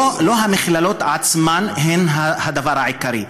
לא המכללות עצמן הן הדבר העיקרי,